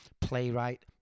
playwright